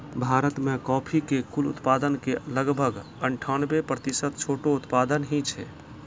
भारत मॅ कॉफी के कुल उत्पादन के लगभग अनठानबे प्रतिशत छोटो उत्पादक हीं छै